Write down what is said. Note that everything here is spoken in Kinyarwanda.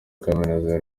kaminuza